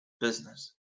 business